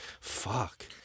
Fuck